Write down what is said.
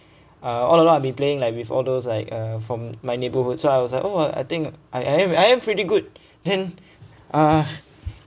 uh all along I've been playing like with all those like uh from my neighborhood so I was like oh I think I am I am pretty good then uh